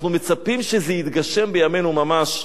אנחנו מצפים שזה יתגשם בימינו ממש.